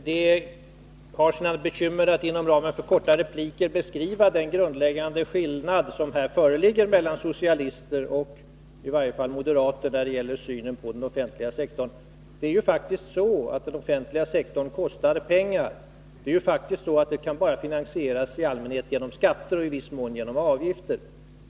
Herr talman! Det har sina bekymmer att inom ramen för några korta repliker beskriva den grundläggande skillnaden mellan socialister och moderater när det gäller synen på den offentliga sektorn. Den offentliga sektorn kostar faktiskt pengar, och den kan i allmänhet bara finansieras genom skatter och i viss mån genom avgifter.